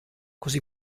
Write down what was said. così